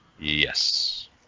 Yes